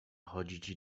chodzić